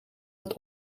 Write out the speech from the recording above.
het